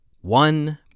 One